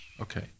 okay